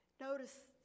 notice